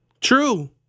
true